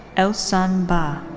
aosen ba.